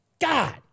God